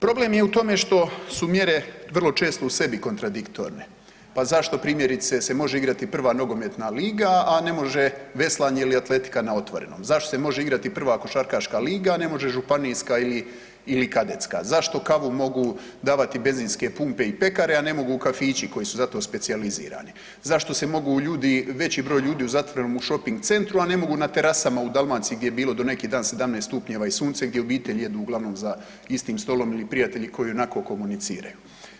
Problem je u tome što su mjere vrlo čestu u sebi kontradiktorne, pa zašto primjerice se može igrati prva nogometna liga, a ne može veslanje ili atletika na otvorenom, zašto se može igrati prva košarkaška liga, ne može županijska ili kadetska, zašto kavu mogu davati benzinske pumpe i pekare, a ne mogu kafići koji su za to specijalizirani, zašto se mogu ljudi veći broj ljudi u zatvorenom u shopping centru, a ne mogu na terasama u Dalmaciji gdje je bilo do neki dan 17 stupnjeva i sunce gdje obitelji jedu uglavnom za istim stolom ili prijatelji koji ionako komuniciraju.